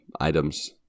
items